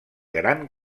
gran